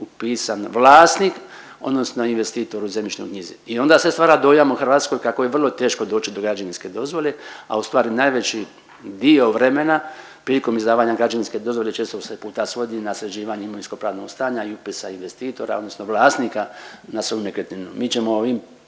upisan vlasnik odnosno investitor u zemljišnoj knjizi. I onda se stvara dojam o Hrvatskoj kako je vrlo teško doći do građevinske dozvole, a u stvari najveći dio vremena prilikom izdavanja građevinske dozvole često se puta svodi na sređivanje imovinsko-pravnog stanja i upisa investitora, odnosno vlasnika na svoju nekretninu. Mi ćemo ovim